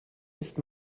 ist